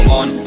on